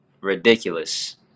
ridiculous